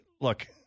look